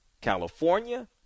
California